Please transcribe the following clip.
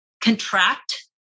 contract